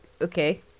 okay